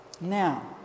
Now